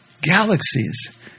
Galaxies